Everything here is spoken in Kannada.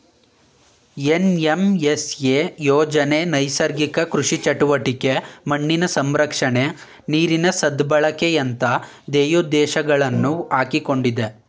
ಎನ್.ಎಂ.ಎಸ್.ಎ ಯೋಜನೆ ನೈಸರ್ಗಿಕ ಕೃಷಿ ಚಟುವಟಿಕೆ, ಮಣ್ಣಿನ ಸಂರಕ್ಷಣೆ, ನೀರಿನ ಸದ್ಬಳಕೆಯಂತ ಧ್ಯೇಯೋದ್ದೇಶಗಳನ್ನು ಹಾಕಿಕೊಂಡಿದೆ